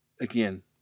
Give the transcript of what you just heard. again